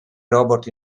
robot